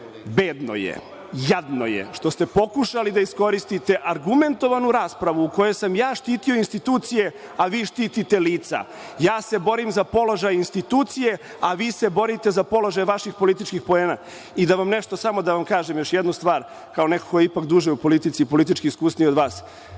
bedno je, jadno je što ste pokušali da iskoristite argumentovanu raspravu u kojoj sam ja štitio institucije, a vi štitite lica, ja se borim za položaj institucije, a vi se borite za položaj vaših političkih poena. Da vam kažem još jednu stvar, kao neko ko je ipak duže u politici i politički iskusniji od vas,